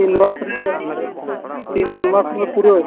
ᱱᱚᱣᱟ ᱠᱚᱨᱮ ᱛᱤᱱ ᱢᱟᱥᱨᱮ ᱛᱤᱱ ᱢᱟᱥᱨᱮ ᱯᱩᱨᱟᱹᱜ